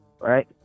right